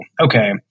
okay